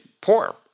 poor